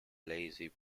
lazy